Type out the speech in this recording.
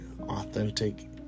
authentic